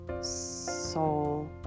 Soul